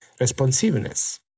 responsiveness